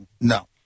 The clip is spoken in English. no